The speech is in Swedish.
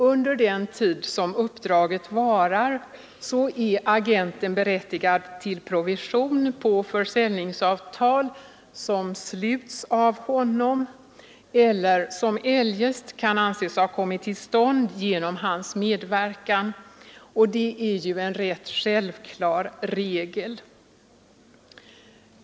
Under den tid som uppdraget varar är agenten berättigad till provision på försäljningsavtal som sluts av honom eller som eljest kan anses ha kommit till stånd genom hans medverkan. Det är ju en rätt självklar regel.